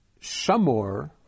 shamor